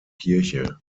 kirche